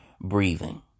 breathing